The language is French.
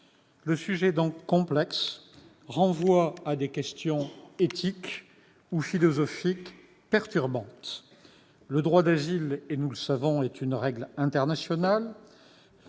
Le sujet est donc complexe ; il renvoie à des questions éthiques ou philosophiques perturbantes. Le droit d'asile, nous le savons, est une règle internationale